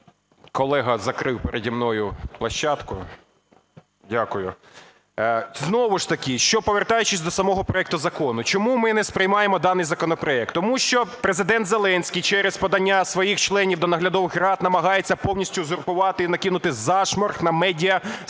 Колега закрив переді мною площадку. Дякую. Знову ж таки, повертаючись до самого проекту закону, чому ми не сприймаємо даний законопроект? Тому що Президент Зеленський через подання своїх членів до наглядових рад намагається повністю узурпувати і накинути зашморг на медіасередовище